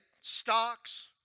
stocks